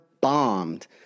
bombed